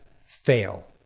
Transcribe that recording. fail